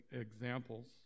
examples